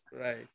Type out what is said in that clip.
Right